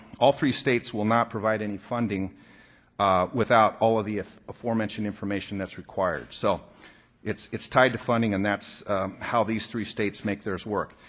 all three states will not provide any funding without all of the aforementioned information that's required. so it's it's tied to funding and that's how these three states make theirs work.